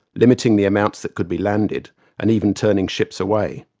limiting the amounts that could be landed and even turning ships away.